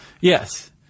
Yes